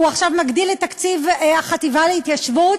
הוא עכשיו מגדיל את תקציב החטיבה להתיישבות